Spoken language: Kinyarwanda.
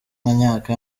myaka